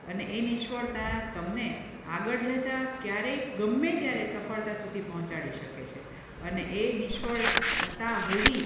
અને એ નિષ્ફળતા તમને આગળ જતાં ક્યારેય ગમે ત્યારે સફળતા સુધી પહોંચાડી શકે છે અને એ નિષ્ફળતા હોવી